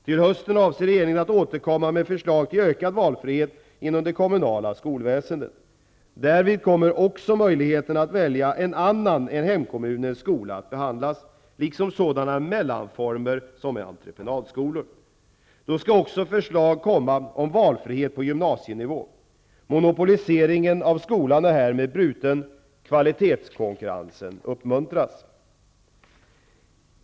Till hösten avser regeringen att återkomma med förslag till ökad valfrihet inom det kommunala skolväsendet. Därvid kommer också möjligheten att välja en annan än hemkommunens skola att behandlas, liksom sådana mellanformer som entreprenadskolor. Då skall också förslag komma om valfrihet på gymnasienivå. Monopoliseringen av skolan är härmed bruten. Kvalitetskonkurrensen uppmuntras.